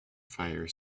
fire